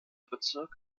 bezirk